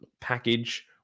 package